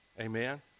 Amen